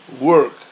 work